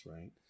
right